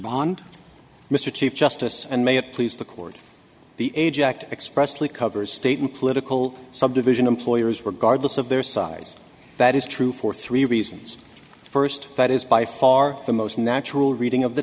bond mr chief justice and may it please the court the age act expressly covers state and political subdivision employers regardless of their size that is true for three reasons first that is by far the most natural reading of the